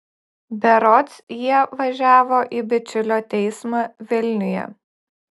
berods jie važiavo į bičiulio teismą vilniuje